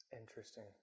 Interesting